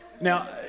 Now